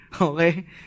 Okay